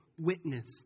witness